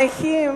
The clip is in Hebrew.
הנכים